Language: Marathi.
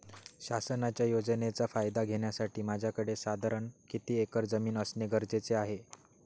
शासनाच्या योजनेचा फायदा घेण्यासाठी माझ्याकडे साधारण किती एकर जमीन असणे गरजेचे आहे?